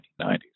1990s